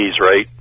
right